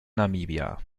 namibia